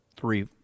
three